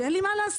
שאין לי מה לעשות.